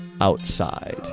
outside